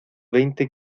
veinte